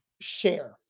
share